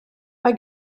mae